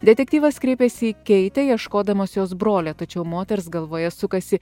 detektyvas kreipėsi į keitę ieškodamas jos brolio tačiau moters galvoje sukasi